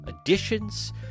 additions